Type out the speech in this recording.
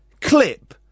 clip